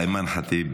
איימן ח'טיב,